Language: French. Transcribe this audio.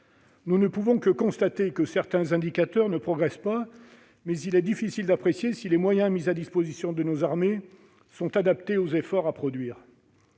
Nous ne pouvons que constater que certains indicateurs ne progressent pas, même s'il est difficile d'apprécier si les moyens mis à la disposition de nos armées sont adaptés aux efforts à produire.